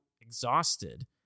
exhausted